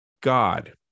God